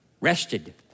Rested